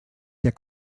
der